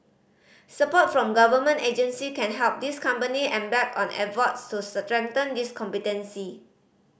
support from government agency can help these company embark on efforts to strengthen these competency